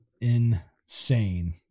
Insane